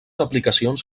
aplicacions